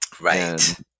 Right